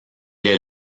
est